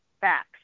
facts